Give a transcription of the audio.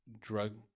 drug